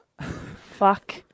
Fuck